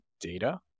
data